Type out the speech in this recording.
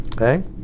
okay